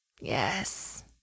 Yes